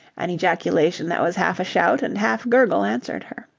an ejaculation that was half a shout and half gurgle answered her.